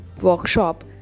workshop